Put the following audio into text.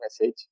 message